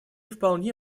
вполне